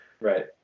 right